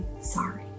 sorry